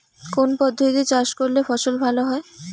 কোন পদ্ধতিতে চাষ করলে ফসল ভালো হয়?